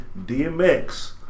DMX